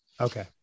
okay